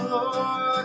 Lord